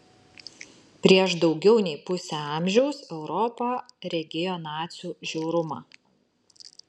prieš daugiau nei pusę amžiaus europa regėjo nacių žiaurumą